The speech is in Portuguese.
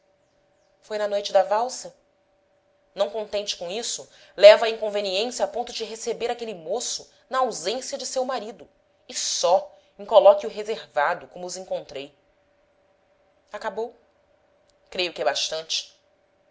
foi na noite da valsa não contente com isso leva a inconveniência a ponto de receber aquele moço na ausência de seu marido e só em colóquio reservado como os encontrei acabou creio que é bastante